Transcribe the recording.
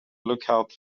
lookout